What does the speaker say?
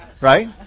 Right